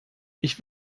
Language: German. ich